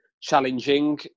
challenging